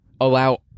Allow